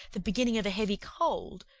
the beginning of a heavy cold,